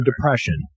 depression